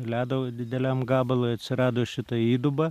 ledo dideliam gabalui atsirado šita įduba